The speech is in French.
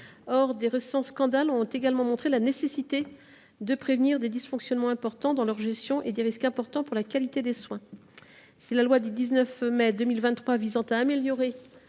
Or de récents scandales ont montré la nécessité de prévenir des dysfonctionnements importants dans leur gestion et des risques importants pour la qualité des soins. Si la loi du 19 mai 2023 visant à améliorer